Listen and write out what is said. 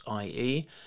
ie